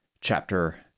chapter